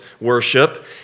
worship